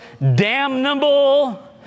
damnable